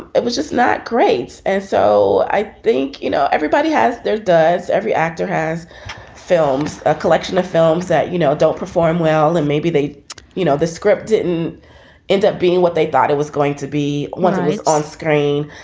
it was just not great. and so i think, you know, everybody has their does. every actor has films, a collection of films that, you know, don't perform well and maybe they you know, the script didn't end up being what they thought it was going to be once a week on screen.